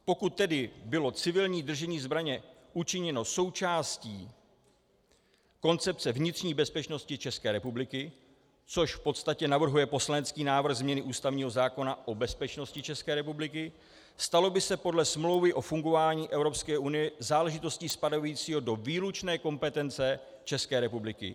Pokud tedy bylo civilní držení zbraně učiněno součástí koncepce vnitřní bezpečnosti České republiky, což v podstatě navrhuje poslanecký návrh změny ústavního zákona o bezpečnosti České republiky, stalo by se podle Smlouvy o fungování Evropské unie záležitostí spadající do výlučné kompetence České republiky.